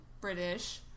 British